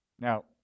Now